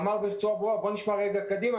הוא אמר בצורה ברורה: בואו נשמע לרגע קדימה.